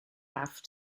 have